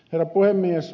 herra puhemies